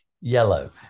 yellow